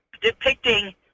depicting